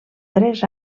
tres